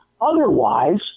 Otherwise